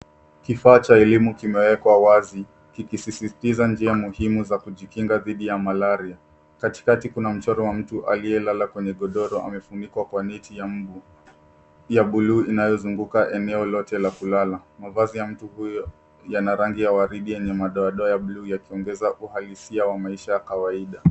Kifaa cha elimu kimewekwa wazi, kikisisitiza njia muhimu za kujikinga dhidi ya malaria. Katikati kuna mchoro wa mtu aliye lala kwenye godoro, amefunikwa kwa neti ya mbu ya buluu inayozunguka eneo lote la kulala. Mavazi ya mtu huyo yana rangi ya waridi yenye madoadoa ya buluu, yakiongeza uhalisia wa maisha ya kawaida.